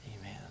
Amen